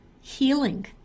healing